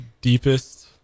Deepest